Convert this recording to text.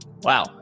wow